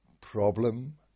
problem